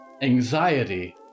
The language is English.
anxiety